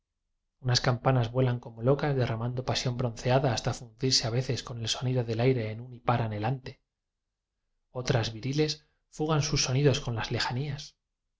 cam panas vuelan como locas derramando pasión bronceada hasta fundirse a veces con el so nido del aire en un hipar anhelante otras viriles fugan sus sonidos con las lejanías